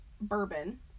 bourbon